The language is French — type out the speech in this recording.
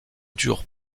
dure